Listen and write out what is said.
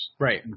Right